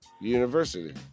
university